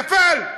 נפל.